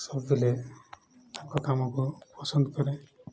ସବୁବେଳେ ତାଙ୍କ କାମକୁ ପସନ୍ଦ କରେ